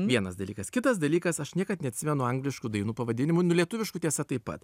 vienas dalykas kitas dalykas aš niekad neatsimenu angliškų dainų pavadinimų nu lietuviškų tiesa taip pat